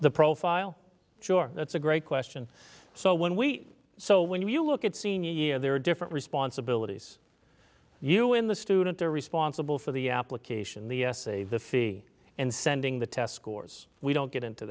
the profile sure that's a great question so when we so when you look at senior year there are different responsibilities you in the student are responsible for the application the save the fee and sending the test scores we don't get into